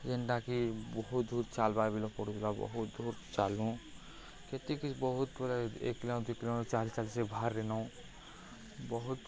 ଯେନ୍ଟାକି ବହୁତ୍ ଦୂର୍ ଚାଲ୍ବାକେ ଗଲେ ପଡ଼ୁଥିଲା ବହୁତ୍ ଦୂର୍ ଚାଲୁ କେତେ କେତେ ବହୁତ୍ ବଲେ ଏକ୍ କିଲୋମିଟର୍ ଦୁଇ କିଲୋମିଟର୍ ଚାଲି ଚାଲି ସେ ଭାର୍ରେ ନଉଁ ବହୁତ୍